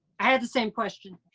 i had the same question.